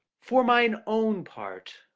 for mine own part,